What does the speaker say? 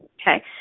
okay